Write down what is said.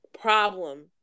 problem